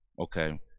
Okay